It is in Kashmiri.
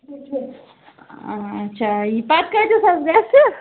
اَچھا پتہٕ کۭتِس حظ گَژھہِ